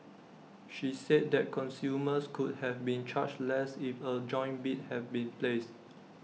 she said that consumers could have been charged less if A joint bid had been placed